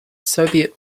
soviet